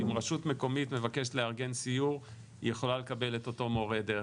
אם רשות מקומית מבקשת לארגן סיור היא יכולה לקבל את אותו מורה דרך.